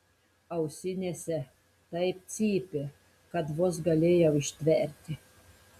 ausinėse taip cypė kad vos galėjau ištverti